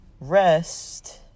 rest